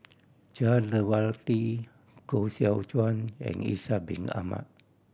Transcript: Jah Lelawati Koh Seow Chuan and Ishak Bin Ahmad